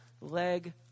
leg